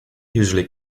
usually